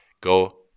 go